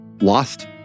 lost